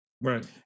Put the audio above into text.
Right